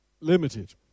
limited